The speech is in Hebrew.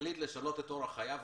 שהחליט לשנות את אורח חייו,